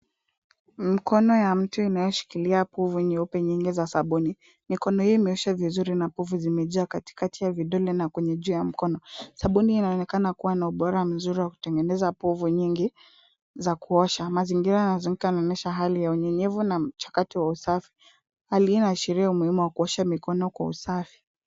Mkono ya mtu inayoshikilia pofu nyeupe nyingi za sabuni. Mkono hiyo imeoshwa vizuri na pofu zimejaa katikati ya vidole na kwenye juu ya mkono , sabuni inaonekana kua na ubora mzuriwa kutengeneza pofu nyingi za kuosha , mazingira yanayozunguka yanaonyesha hali ya unyenyevu na mchakato wa usafi .Hali hii inaashiria umuhimu wa kuosha mikono kwa usafi .